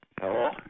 Hello